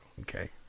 okay